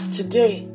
today